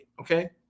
Okay